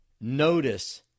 notice